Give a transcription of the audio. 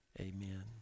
Amen